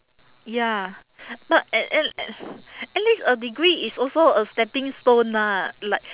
ya but at at a~ at least a degree is also a stepping stone lah like